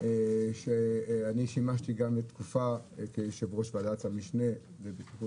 שימשתי גם כיושב-ראש ועדת המשנה לבטיחות